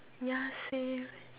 yeah same